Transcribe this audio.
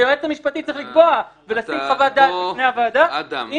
היועץ המשפטי צריך לקבוע ולשים חוות דעת בפני הוועדה אם